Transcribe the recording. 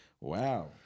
Wow